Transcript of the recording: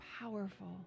powerful